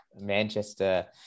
Manchester